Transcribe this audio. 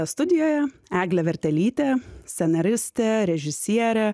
studijoje eglė vertelytė scenaristė režisierė